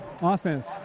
Offense